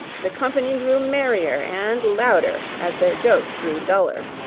the company grew merrier and louder as their jokes grew duller.